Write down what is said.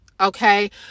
Okay